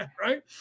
Right